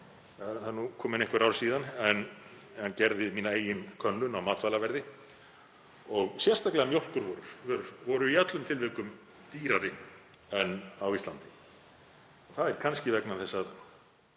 það eru komin einhver ár síðan, en gerði mína eigin könnun á matvælaverði. Sérstaklega voru mjólkurvörur í öllum tilvikum dýrari en á Íslandi. Það er kannski vegna þess að